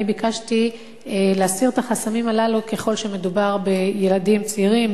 אני ביקשתי להסיר את החסמים הללו ככל שמדובר בילדים צעירים,